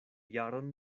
jaron